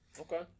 Okay